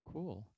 Cool